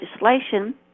legislation